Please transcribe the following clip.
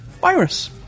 Virus